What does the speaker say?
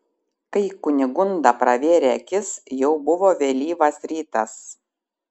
kai kunigunda pravėrė akis jau buvo vėlyvas rytas